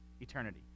eternity